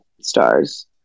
stars